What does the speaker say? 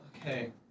okay